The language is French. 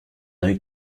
œil